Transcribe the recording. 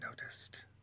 noticed